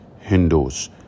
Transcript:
Hindus